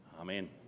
Amen